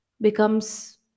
becomes